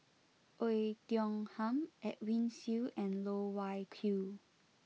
Oei Tiong Ham Edwin Siew and Loh Wai Kiew